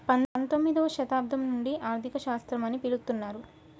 పంతొమ్మిదవ శతాబ్దం నుండి ఆర్థిక శాస్త్రం అని పిలుత్తున్నరు